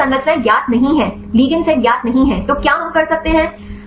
लेकिन अगर संरचनाएं ज्ञात नहीं हैं लिगेंड सेट ज्ञात नहीं हैं तो क्या हम कर सकते हैं